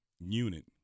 unit